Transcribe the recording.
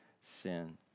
sin